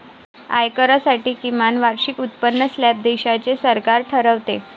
आयकरासाठी किमान वार्षिक उत्पन्न स्लॅब देशाचे सरकार ठरवते